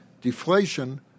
deflation